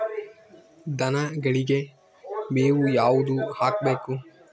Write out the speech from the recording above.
ದನಗಳಿಗೆ ಮೇವು ಯಾವುದು ಹಾಕ್ಬೇಕು?